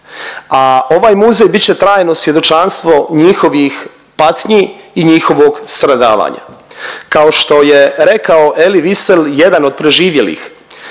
a ovaj muzej bit će trajno svjedočanstvo njihovih patnji i njihovih stradavanja. Kao što je rekao Elie Wiesel, jedan od preživjelih,